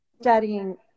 studying